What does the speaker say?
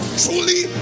truly